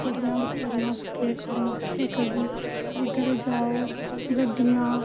कुड़ियां बचैरियां बी केह् करन जिद्धर जाओ गड्डियां